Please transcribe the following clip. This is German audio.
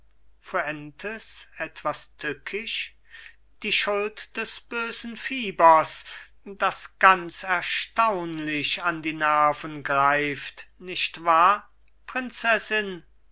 fuentes etwas tückisch die schuld des bösen fiebers das ganz erstaunlich an die nerven greift nicht wahr prinzessin